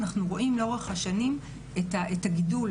אנחנו רואים לאורך השנים את הגידול